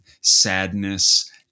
sadness